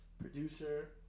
producer